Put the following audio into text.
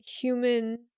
human